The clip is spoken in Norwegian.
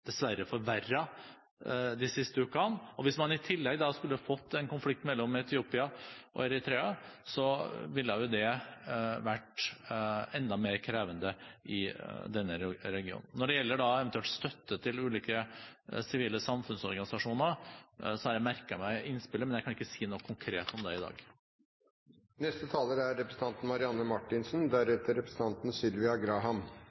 de siste ukene. Hvis man i tillegg skulle få en konflikt mellom Etiopia og Eritrea, vil det vært enda mer krevende i denne regionen. Når det gjelder eventuell støtte til ulike sivile samfunnsorganisasjoner, har jeg merket meg innspillet, men jeg kan ikke si noe konkret om det i dag.